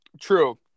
True